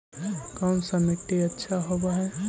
कोन सा मिट्टी अच्छा होबहय?